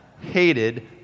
hated